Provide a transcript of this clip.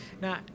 Now